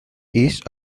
east